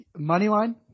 Moneyline